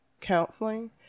counseling